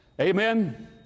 Amen